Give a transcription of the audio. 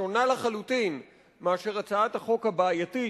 שונה לחלוטין מהצעת החוק הבעייתית